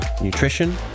nutrition